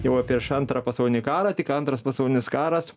jau prieš antrą pasaulinį karą tik antras pasaulinis karas